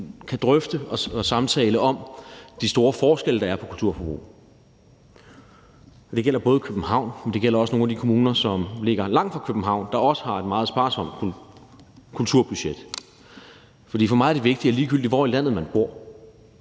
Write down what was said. kan drøfte og samtale om de store forskelle, der er, på kulturforbruget. Det gælder både København, men også nogle af de kommuner, som ligger langt fra København, der også har et meget sparsomt kulturbudget, fordi for mig er det vigtigt, at der – ligegyldigt hvor i landet man bor,